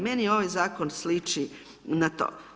Meni ovaj zakon sliči na to.